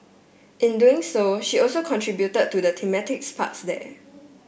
in doing so she also contributed to the thematic parks there